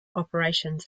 operations